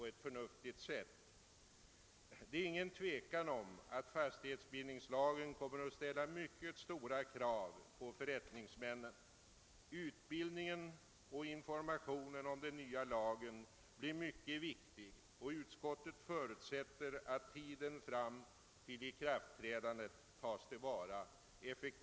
Det råder ingen tvekan om att fastighetsbildningslagen kommer att ställa stora krav på förrättningsmännen. Utbildningen och informationen om den nya lagen blir mycket viktiga, och utskottet förutsätter att tiden fram till ikraftträdandet effektivt tas till vara.